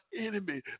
enemy